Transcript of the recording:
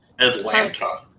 Atlanta